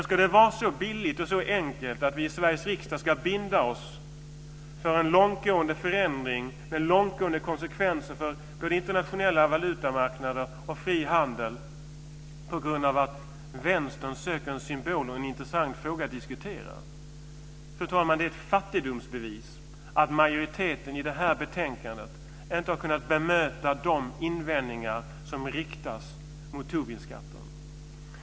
Ska det vara så billigt och så enkelt att vi i Sveriges riksdag ska binda oss för en långtgående förändring med långtgående konsekvenser för både internationella valutamarknader och fri handel på grund av att vänstern söker en symbol och en intressant fråga att diskutera? Fru talman! Det är ett fattigdomsbevis att majoriteten i det här betänkandet inte har kunnat bemöta de invändningar som riktas mot Tobinskatten.